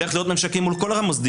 הולכים להיות ממשקים מול כל המוסדיים,